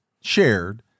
shared